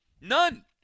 None